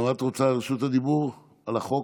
גם את רוצה את רשות הדיבור על החוק?